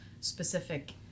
specific